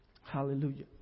Hallelujah